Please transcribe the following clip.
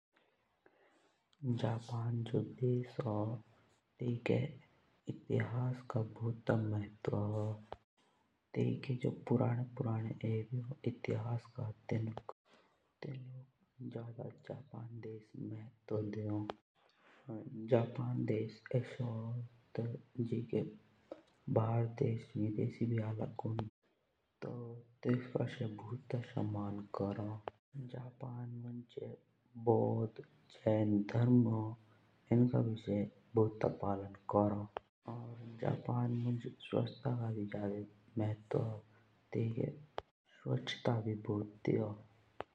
जापान जो देश होन तेइके इतिहास का भूत जाड़ा महत्व होन। तेतेक जो इतिहास कर तेनुक जाड़ा जापान देश महत्व देण। जापान देश एसो हो जो कुणी विदेशि भी आला कुईं तो तेसका से भूत समान करोन। और जापान मुञ्ज जो बोध झेन धर्म के लोग होन एनुका से फेर भी पालन करोन। जापान मुञ्ज सुवचता का भी भूत जाड़ा महत्व होन।